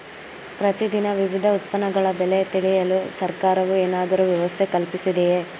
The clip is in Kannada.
ಪ್ರತಿ ದಿನ ವಿವಿಧ ಉತ್ಪನ್ನಗಳ ಬೆಲೆ ತಿಳಿಯಲು ಸರ್ಕಾರವು ಏನಾದರೂ ವ್ಯವಸ್ಥೆ ಕಲ್ಪಿಸಿದೆಯೇ?